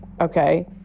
okay